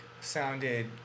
sounded